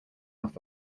off